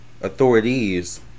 authorities